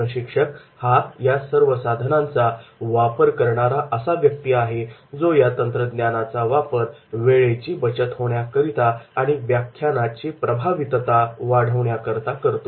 प्रशिक्षक हा या सर्व साधनांचा वापर करणारा असा व्यक्ती आहे जो या तंत्रज्ञानाचा वापर वेळेची बचत होण्याकरता आणि व्याख्यानाची प्रभावितता वाढवण्याकरता करतो